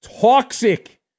Toxic